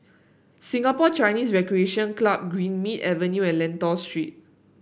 Singapore Chinese Recreation Club Greenmead Avenue and Lentor Street